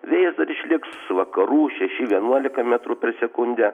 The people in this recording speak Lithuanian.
vėjas dar išliks vakarų šeši vienuolika metrų per sekundę